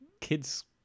kids